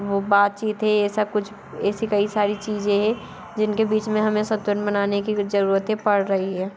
वो बातचीत है ऐसा कुछ ऐसी कई सारी चीज़ें है जिनके बीच में हमें संतुलन बनाने की जरूरत पड़ रही है